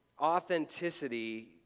authenticity